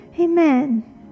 Amen